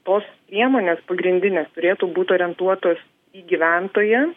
tos priemonės pagrindinės turėtų būt orientuotos į gyventoją